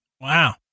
Wow